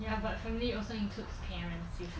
ya but firmly also includes parents if